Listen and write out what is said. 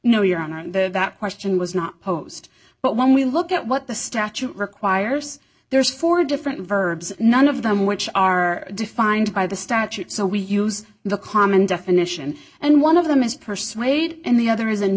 no your honor and that question was not posed but when we look at what the statute requires there's four different verbs none of them which are defined by the statute so we use the common definition and one of them is persuade and the other